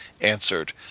answered